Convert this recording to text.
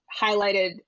highlighted